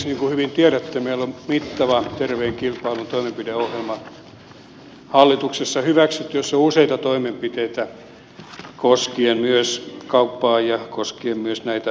niin kuin hyvin tiedätte meillä on mittava terveen kilpailun toimenpideohjelma hallituksessa hyväksytty jossa on useita toimenpiteitä koskien myös kauppaa ja koskien myös tätä aluetta